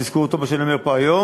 תזכרו טוב מה שאני אומר פה היום,